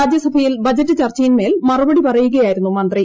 രാജ്യസഭയിൽ ബജറ്റ് ചർച്ചയിന്മേൽ മറുപടി പറയുകയായിരുന്നു മന്ത്രി